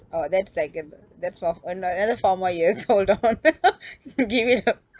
oh that's like uh that's fo~ an~ another four more years hold on give it up